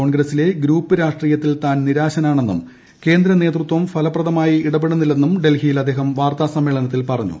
കോൺഗ്രസിലെ ഗ്രൂപ്പ് രാഷ്ട്രീയത്തിൽ താൻ നിരാശനാണെന്നും കേന്ദ്ര നേതൃത്വം ഫലപ്രദമായി ഇടപെടുന്നില്ലെന്നും ഡൽഹിയിൽ അദ്ദേഹം വാർത്താ സമ്മേളനത്തിൽ പറഞ്ഞു